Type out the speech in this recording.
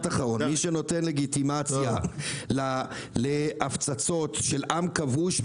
מי שנותן לגיטימציה להפצצות שלה עם כבוש,